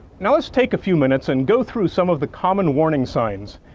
now, let's take a few minutes and go through some of the common warning signs.